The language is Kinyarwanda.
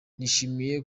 nishimiye